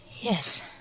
Yes